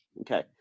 Okay